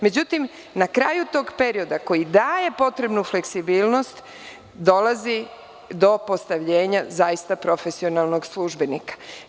Međutim, na kraju tog periodakoji daje potrebnu fleksibilnost dolazi do postavljenja za profesionalnog službenika.